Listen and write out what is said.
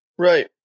Right